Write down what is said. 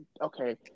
Okay